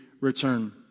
return